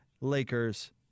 Lakers